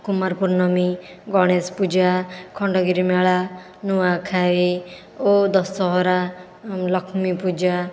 କୁମାରପୂର୍ଣ୍ଣମୀ ଗଣେଶ ପୂଜା ଖଣ୍ଡଗିରି ମେଳା ନୂଆଖାଇ ଓ ଦଶହରା ଲକ୍ଷ୍ମୀ ପୂଜା